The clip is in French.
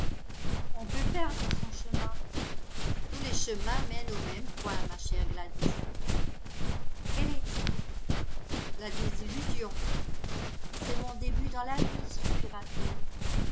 on peut perdre son chemin tous les chemins mènent au même point ma chère gladys quel est-il la désillusion c'est mon début dans la vie